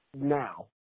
now